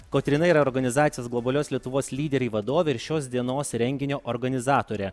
kotryna yra organizacijos globalios lietuvos lyderiai vadovė ir šios dienos renginio organizatorė